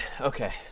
Okay